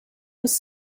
was